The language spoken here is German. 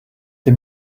die